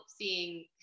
seeing